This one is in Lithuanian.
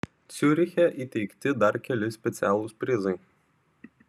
ciuriche įteikti dar keli specialūs prizai